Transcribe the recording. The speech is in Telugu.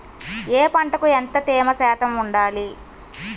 ఏ పంటకు ఎంత తేమ శాతం ఉండాలి?